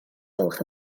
gwelwch